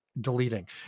deleting